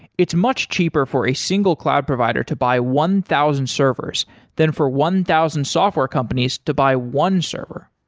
it's much cheaper for a single cloud provider to buy one thousand servers than for one thousand software companies to buy one server.